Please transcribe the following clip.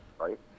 right